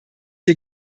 wir